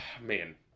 Man